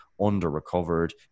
under-recovered